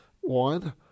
One